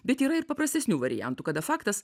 bet yra ir paprastesnių variantų kada faktas